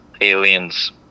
aliens